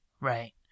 Right